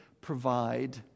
provide